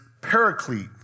paraclete